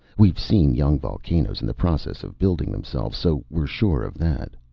we've seen young volcanoes in the process of building themselves, so we're sure of that.